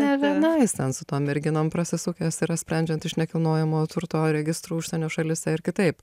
ne viena jis ten su tom merginom prasisukęs yra sprendžiant iš nekilnojamojo turto registrų užsienio šalyse ir kitaip